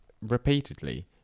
repeatedly